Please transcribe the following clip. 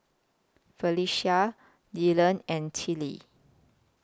Felecia Dylan and Tillie